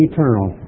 Eternal